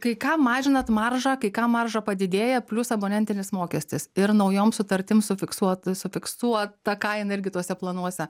kai kam mažinat maržą kai kam marža padidėja plius abonentinis mokestis ir naujoms sutartims su fiksuotu su fiksuota kaina ir kituose planuose